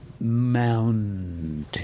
mountain